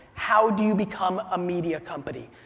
how do you become a media company?